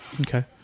Okay